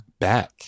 back